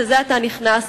שזה עתה נכנס,